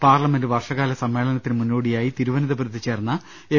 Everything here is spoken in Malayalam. പാർലമെന്റ് വർഷകാല സമ്മേ ളനത്തിനു മുന്നോടിയായി തിരുവനന്തപുരത്ത് ചേർന്ന എം